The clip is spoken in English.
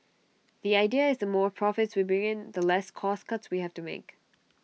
the idea is the more profits we bring in the less cost cuts we have to make